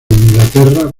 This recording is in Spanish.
inglaterra